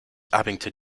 abington